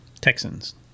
Texans